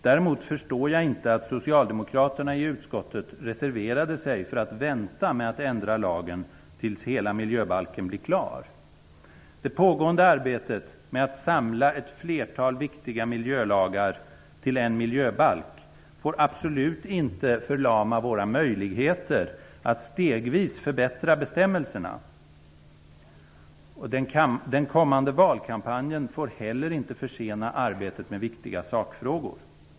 Däremot förstår jag inte att socialdemokraterna i utskottet reserverade sig för att vänta med att ändra lagen tills hela miljöbalken blir klar. Det pågående arbetet med att samla ett flertal viktiga miljölagar till en miljöbalk får absolut inte förlama våra möjligheter att stegvis förbättra bestämmelserna. Den kommande valkampanjen får heller inte försena arbetet med viktiga sakfrågor.